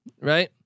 right